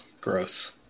gross